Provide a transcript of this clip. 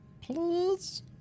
Please